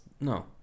no